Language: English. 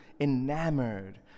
enamored